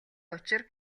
учир